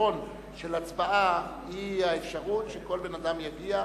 שהיתרון של הצבעה הוא האפשרות שכל בן-אדם יגיע,